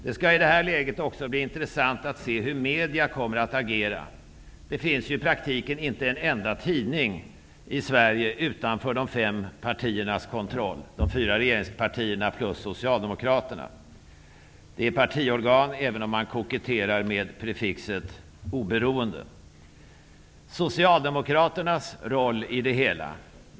Det skall i detta läge också bli intressant att se hur media kommer att agera. Det finns ju i praktiken inte en enda tidning i Sverige utanför de fem partiernas kontroll, dvs. de fyra regeringspartierna plus Socialdemokraterna. Tidningarna är partiorgan, även om man koketterar med prefixet oberoende. Vilken är då Socialdemokraternas roll i det hela?